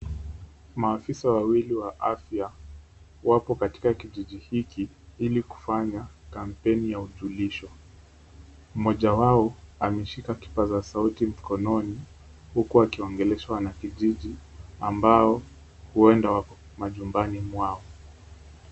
Maafisa wawili wa afya wapo katika kijiji hiki ili kufanya kampeni ya ujulisho. Mmoja wao ameshika kipaza sauti mkononi, huku akiwaongelesha wanakijiji ambao huenda wako majumbani mwao.